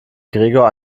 gregor